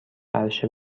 عرشه